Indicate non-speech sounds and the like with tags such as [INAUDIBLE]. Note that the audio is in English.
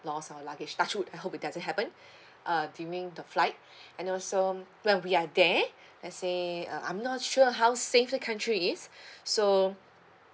lose our luggage touch wood I hope it doesn't happen [BREATH] uh during the flight [BREATH] and also where we are there let's say uh I'm not sure how safe the country is [BREATH] so